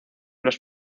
los